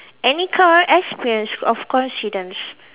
any kind of experience or coincidence